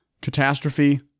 Catastrophe